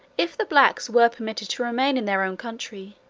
if the blacks were permitted to remain in their own country,